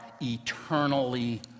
eternally